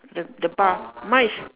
the the bar mine's